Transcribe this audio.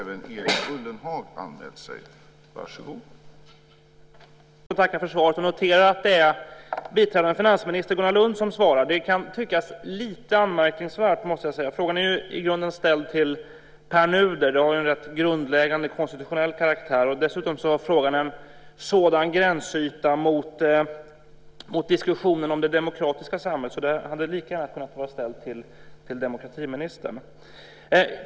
Herr talman! Jag vill också tacka för svaret. Jag noterar att det är biträdande finansminister Gunnar Lund som svarar. Det kan tyckas lite anmärkningsvärt. Frågan är i grunden ställd till Pär Nuder. Den är av en grundläggande konstitutionell karaktär. Dessutom har frågan en sådan gränsyta mot diskussionen om det demokratiska samhället att den lika gärna kunde ha varit ställd till demokratiministern.